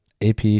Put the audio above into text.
AP